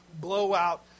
blowout